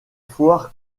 foire